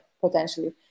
potentially